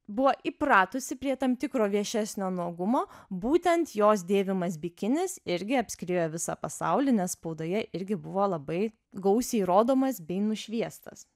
buvo įpratusi prie tam tikro viešesnio nuogumo būtent jos dėvimas bikinis irgi apskriejo visą pasaulį nes spaudoje irgi buvo labai gausiai rodomas bei nušviestas